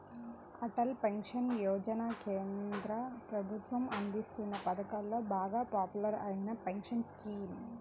Atal pension Yojana కేంద్ర ప్రభుత్వం అందిస్తోన్న పథకాలలో బాగా పాపులర్ అయిన పెన్షన్ స్కీమ్